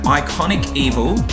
iconicevil